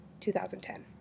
2010